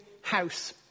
house